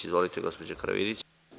Izvolite, gospođo Karavidić.